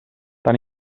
tan